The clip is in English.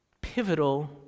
pivotal